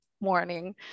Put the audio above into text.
morning